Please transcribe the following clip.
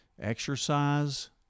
Exercise